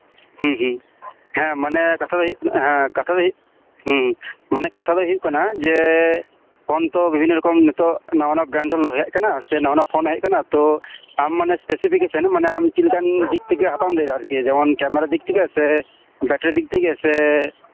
ᱦᱩᱸ ᱦᱩᱸ ᱦᱮᱸ ᱢᱟᱱᱮ ᱠᱟᱛᱷᱟ ᱫᱚ ᱦᱩᱭᱩᱜ ᱠᱟᱱᱟ ᱠᱟᱛᱷᱟ ᱫᱚ ᱦᱩᱭᱩᱜ ᱠᱟᱱᱟ ᱦᱩᱸ ᱢᱟᱱᱮ ᱠᱟᱛᱷᱟ ᱫᱚ ᱦᱩᱭᱩᱜ ᱠᱟᱱᱟ ᱯᱷᱳᱱ ᱛᱚ ᱵᱤᱵᱷᱤᱱᱱᱚ ᱨᱚᱠᱚᱢ ᱱᱟᱣᱟᱼᱱᱟᱣᱟ ᱱᱤᱭᱩ ᱵᱨᱮᱱᱰ ᱦᱮᱡ ᱟᱠᱟᱱᱟ ᱱᱟᱣᱟ ᱯᱷᱳᱱ ᱦᱮᱡ ᱟᱠᱟᱱᱟ ᱛᱚᱸ ᱟᱢ ᱢᱟᱱᱮ ᱯᱷᱮᱥᱤᱯᱷᱤᱠᱮᱥᱚᱱ ᱟᱢ ᱢᱟᱱᱮ ᱪᱮᱫᱞᱮᱠᱟᱱ ᱫᱤᱠ ᱛᱷᱮᱠᱮ ᱦᱟᱛᱟᱣᱮᱢ ᱞᱟᱹᱭᱮᱫᱟ ᱟᱨᱠᱤ ᱡᱮᱢᱚᱱ ᱠᱮᱢᱮᱨᱟ ᱫᱤᱠ ᱛᱷᱮᱠᱮ ᱥᱮ ᱵᱮᱴᱨᱤ ᱫᱤᱠ ᱛᱷᱮᱠᱮ ᱥᱮ